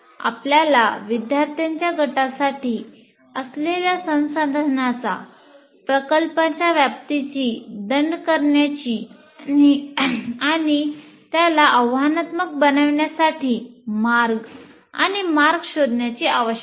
आपल्याला विद्यार्थ्यांच्या गटासाठी असलेल्या संसाधनांचा प्रकल्पाच्या व्याप्तीची दंड करण्याची आणि त्यास आव्हानात्मक बनविण्यासाठी मार्ग आणि मार्ग शोधण्याची आवश्यकता आहे